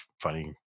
funny